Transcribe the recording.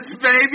baby